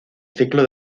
ciclo